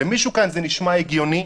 למישהו כאן זה נשמע הגיוני?